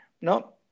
No